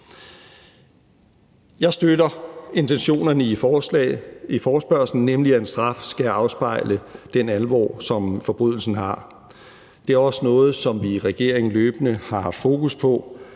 Jeg støtter intentionerne i forespørgslen, nemlig at en straf skal afspejle den alvor, som forbrydelsen har. Det er også noget, som vi i regeringen løbende har haft fokus på,